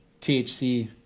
THC